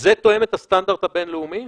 זה תואם את הסטנדרט הבין-לאומי?